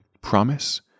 promise